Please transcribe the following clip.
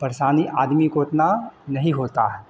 परेशानी आदमी को इतना नहीं होता है